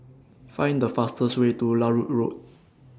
Find The fastest Way to Larut Road